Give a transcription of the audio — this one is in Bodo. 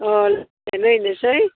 अ नायनोसै